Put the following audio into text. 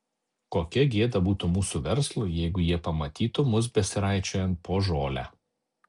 kokia gėda būtų mūsų verslui jeigu jie pamatytų mus besiraičiojant po žolę